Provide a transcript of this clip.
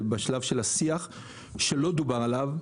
בשלב של השיח שלא דובר עליו,